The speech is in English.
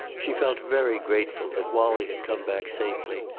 she felt very grateful that wallie had come back safely,